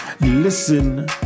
Listen